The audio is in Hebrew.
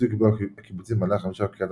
וכפיצוי קיבלו הקיבוצים מעלה החמישה וקריית